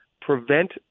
prevent